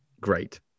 great